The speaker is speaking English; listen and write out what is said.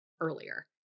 earlier